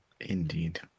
Indeed